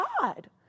God